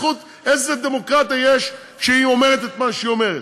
איזו דמוקרטיה יש, כשהיא אומרת את מה שהיא אומרת?